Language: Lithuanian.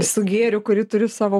su gėriu kurį turiu savo